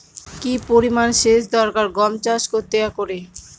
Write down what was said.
কি পরিমান সেচ দরকার গম চাষ করতে একরে?